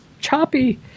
choppy